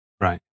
Right